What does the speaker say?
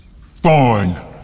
Fine